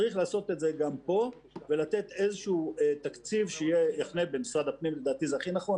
צריך לעשות את זה גם פה ולתת איזשהו תקציב שיחנה במשרד הפנים,